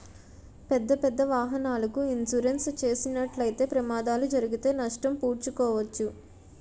పెద్దపెద్ద వాహనాలకు ఇన్సూరెన్స్ చేసినట్లయితే ప్రమాదాలు జరిగితే నష్టం పూడ్చుకోవచ్చు